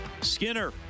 Skinner